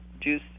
juice